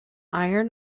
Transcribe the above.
iron